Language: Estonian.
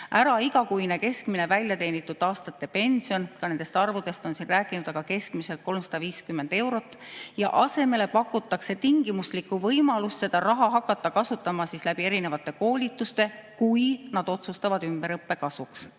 ära igakuine keskmine väljateenitud aastate pension. Ka nendest arvudest on räägitud, aga keskmiselt on see 350 eurot. Ja asemele pakutakse tingimuslikku võimalust seda raha hakata kasutama erinevate koolituste kaudu, kui nad otsustavad ümberõppe kasuks.